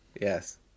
Yes